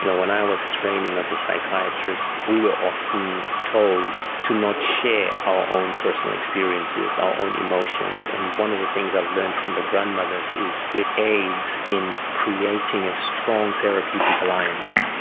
you know when i was training as a psychiatrist, we were often told to not share our own personal experiences, our own emotions, and one of the things i have learned from the grandmothers is it aids in creating a strong therapeutic alliance,